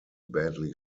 badly